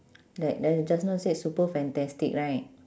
like li~ just now said super fantastic right